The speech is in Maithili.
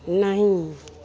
नहि